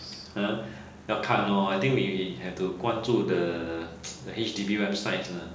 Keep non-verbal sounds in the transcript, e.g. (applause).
ha 要看咯 I think we have to 关注 the (noise) H_D_B website lah